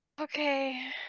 Okay